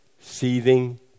seething